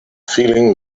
feeling